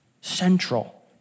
Central